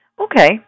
Okay